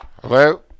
Hello